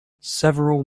several